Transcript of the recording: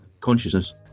consciousness